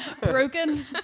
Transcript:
broken